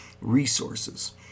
resources